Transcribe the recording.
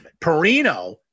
Perino